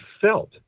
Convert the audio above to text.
felt